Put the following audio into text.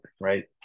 right